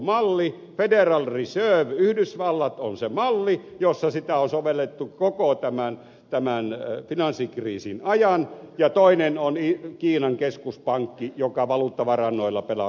federal reserve yhdysvallat on se malli jossa sitä on sovellettu koko tämän finanssikriisin ajan ja toinen on kiinan keskuspankki joka valuuttavarannoilla pelaa samalla tavalla